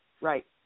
Right